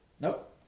Nope